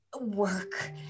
work